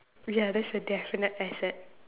ya that's a definite asset